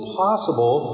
possible